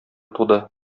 туды